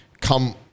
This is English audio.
come